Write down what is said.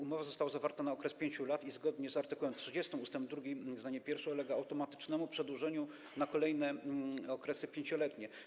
Umowa została zawarta na okres 5 lat i zgodnie z art. 30 ust. 2 zdanie pierwsze ulega automatycznemu przedłużeniu na kolejne okresy pięcioletnie.